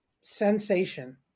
sensation